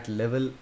level